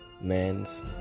men's